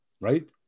right